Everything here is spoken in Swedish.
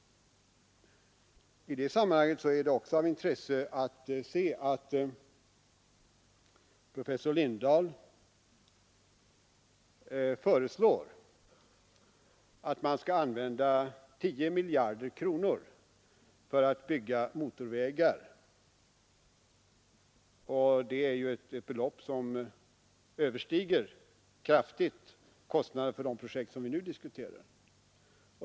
I det sammanhanget är det också av intresse att se att professor Lindahl föreslår att man skall använda 10 miljarder kronor för att bygga motorvägar, ett belopp som kraftigt överstiger kostnaderna för de projekt vi nu diskuterar.